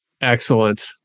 Excellent